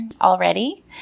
already